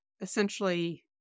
essentially